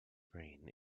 brain